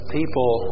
people